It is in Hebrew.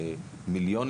לעומת ילדים